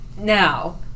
Now